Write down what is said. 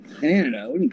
canada